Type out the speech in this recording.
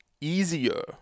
easier